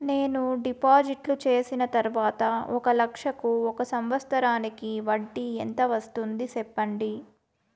నేను డిపాజిట్లు చేసిన తర్వాత ఒక లక్ష కు ఒక సంవత్సరానికి వడ్డీ ఎంత వస్తుంది? సెప్పండి?